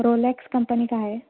Rolex company کا ہے